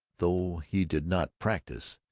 though he did not practise,